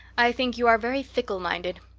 i think you are very fickle minded.